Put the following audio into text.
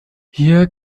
hier